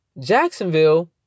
Jacksonville